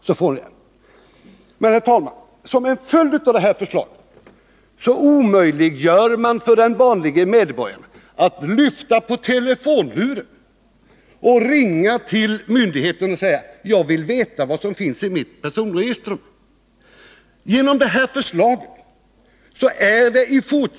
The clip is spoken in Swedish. En följd av det föreslagna systemet skulle bli att man omöjliggör för den vanlige medborgaren att lyfta på telefonluren och ringa till myndigheten och säga: Jag vill veta vad som finns i mitt personregister. Han måste skriva.